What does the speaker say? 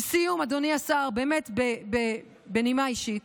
לסיום, אדוני השר, בנימה אישית: